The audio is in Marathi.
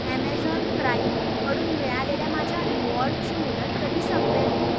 ॲमेझॉन प्राईमकडून मिळालेल्या माझ्या रिवॉर्डची मुदत कधी संपेल